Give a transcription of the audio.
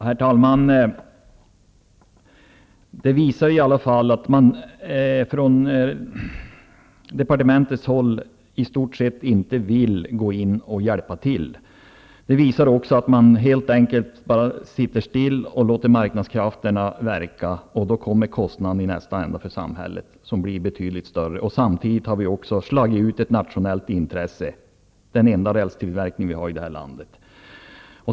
Herr talman! Det visar i alla fall att departementet i stort sett inte vill gå in och hjälpa till. Det visar också att man helt enkelt bara sitter still och låter marknadskrafterna verka. Då kommer kostnaderna för samhället i andra änden. De blir betydligt större. Samtidigt har vi också slagit ut ett nationellt intresse, den enda rälstillverkning vi har i det här landet.